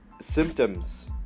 symptoms